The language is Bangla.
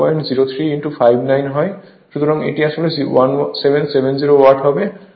সুতরাং এটি আসলে 1770 ওয়াট হবে